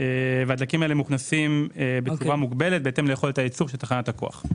והדלקים האלה מוכנסים בצורה מוגבלת בהתאם ליכולת הייצור של תחנת הכוח.